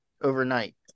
overnight